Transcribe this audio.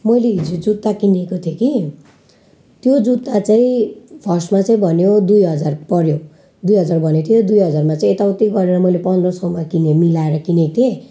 मैले हिजो जुत्ता किनेको थिएँ कि त्यो जुत्ता चाहिँ फर्स्टमा चाहिँ भन्यो दुई हजार पर्यो दुई हजार भने थियो दुई हजारमा चाहिँ यताउति गरेर मैले पन्ध्र सौमा किनेँ मिलाएर किनेको थिएँ